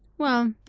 well,